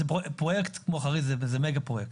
פרויקט כמו חריש זה מגה פרויקט.